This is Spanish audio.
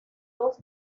dos